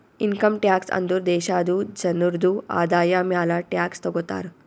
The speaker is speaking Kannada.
ಇನ್ಕಮ್ ಟ್ಯಾಕ್ಸ್ ಅಂದುರ್ ದೇಶಾದು ಜನ್ರುದು ಆದಾಯ ಮ್ಯಾಲ ಟ್ಯಾಕ್ಸ್ ತಗೊತಾರ್